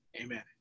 Amen